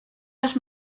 los